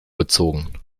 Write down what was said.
bezogen